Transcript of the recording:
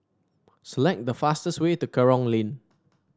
select the fastest way to Kerong Lane